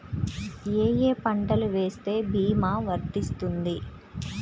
ఏ ఏ పంటలు వేస్తే భీమా వర్తిస్తుంది?